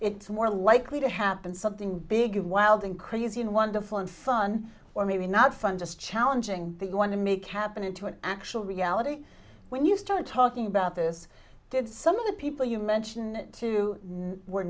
it's more likely to happen something big and wild and crazy and wonderful and fun or maybe not fun just challenging that you want to make happen into an actual reality when you start talking about this did some of the people you mention it to were